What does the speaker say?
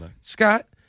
Scott